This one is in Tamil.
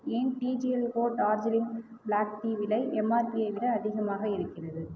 என் டிஜிஎல் கோ டார்ஜிலிங் பிளாக் டீ விலை எம்ஆர்பியை விட அதிகமாக இருக்கிறது